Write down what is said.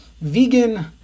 vegan